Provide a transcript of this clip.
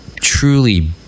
truly